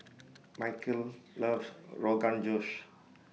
Micheal loves Rogan Josh